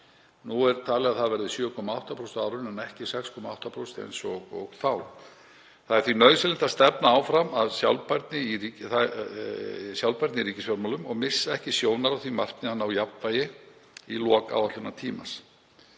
Nú er talið að það verði 7,8% á árinu en ekki 6,8% eins og þá. Það er því nauðsynlegt að stefna áfram að sjálfbærni í ríkisfjármálum og missa ekki sjónar á því markmiði að ná jafnvægi í lok áætlunartímans.